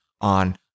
on